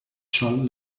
sol